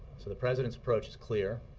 so the president's approach is clear.